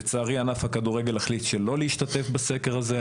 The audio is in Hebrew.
לצערי ענף הכדורגל החליט שלא להשתתף בסקר הזה.